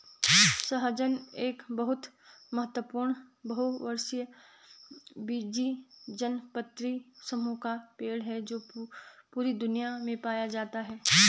सहजन एक बहुत महत्वपूर्ण बहुवर्षीय द्विबीजपत्री समूह का पेड़ है जो पूरी दुनिया में पाया जाता है